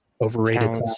overrated